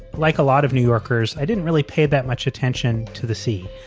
like a lot of new yorkers, i didn't really pay that much attention to the sea.